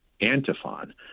antiphon